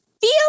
feel